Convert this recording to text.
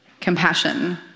compassion